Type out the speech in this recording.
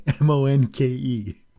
M-O-N-K-E